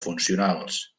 funcionals